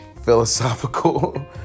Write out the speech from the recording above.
philosophical